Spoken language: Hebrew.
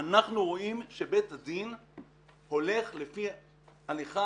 אנחנו רואים שבית הדין הולך לפי הלכת